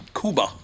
Cuba